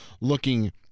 looking